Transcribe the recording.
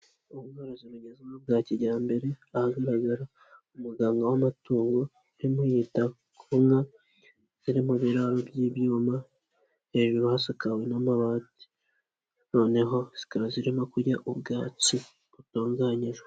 Ubworozi bugeze n'bwa kijyambere ahagaragara umuganga w'amatungo arimo yita ku nka ziri mu biraro by'ibyuma, hejuru hasakawe n'amabati, noneho zikaba zirimo kurya ubwatsi butunganyijwe.